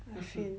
ah faint